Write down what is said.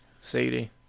Sadie